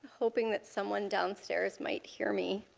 hoping that someone downstairs might hear me.